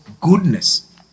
goodness